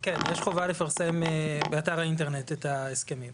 כן, יש חובה לפרסם באתר האינטרנט את ההסכמים.